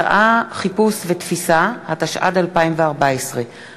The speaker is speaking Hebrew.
כפוף לאישור ועדת הכנסת, ועדת הכנסת צריכה